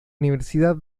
universidad